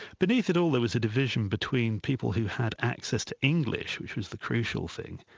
beneath it all there was a division between people who had access to english, which was the crucial thing,